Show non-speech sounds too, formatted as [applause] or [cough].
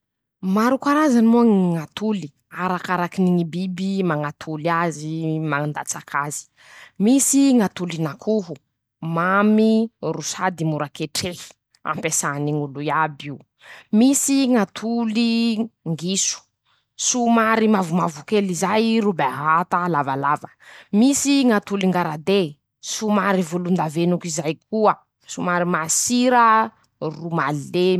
Maro karazany moa ñ'atoly. arakarakiny ñy biby mañatoly azy. mandàtsaky azy. misy ñ'atolin'akoho. mamy ro sady mora ketrehy. ampiasany ñ'olo iaby io ;misy ñ'atolin-giso. somary mavomavo kely zay i ro bavata lavalava; [shushes] misy ñ'atolin-garade. somary volon-davenoky zay koa. somary masira ro malemy.